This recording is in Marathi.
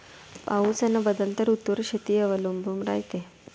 पाऊस अन बदलत्या ऋतूवर शेती अवलंबून रायते